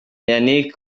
yannick